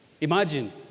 Imagine